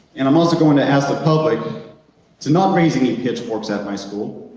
and i'm also going to ask the public to not raise any pitchforks at my school,